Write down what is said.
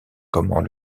comment